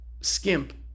skimp